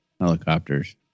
helicopters